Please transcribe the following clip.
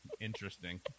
interesting